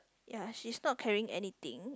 ya she stop carrying anything